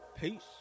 Peace